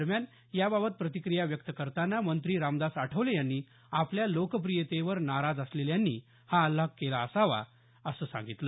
दरम्यान याबाबत प्रतिक्रिया व्यक्त करताना मंत्री रामदास आठवले यांनी आपल्या लोकप्रियतेवर नाराज असलेल्यांनी हा हल्ला केला असावा असं सांगितल